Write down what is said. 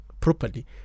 properly